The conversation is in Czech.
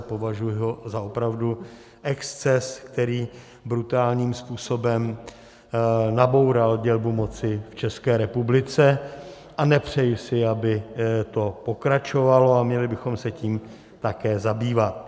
Považuji ho za opravdu exces, který brutálním způsobem naboural dělbu moci v České republice, a nepřeji si, aby to pokračovalo, a měli bychom se tím také zabývat.